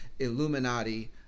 Illuminati